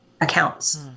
accounts